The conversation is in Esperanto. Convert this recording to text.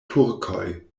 turkoj